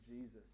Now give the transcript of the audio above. Jesus